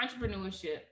entrepreneurship